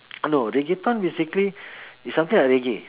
no reggaeton basically is something like reggae